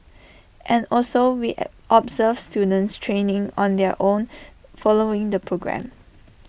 and also we observe students training on their own following the programme